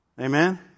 Amen